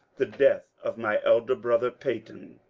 the death of my elder brother, peyton.